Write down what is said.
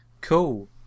Cool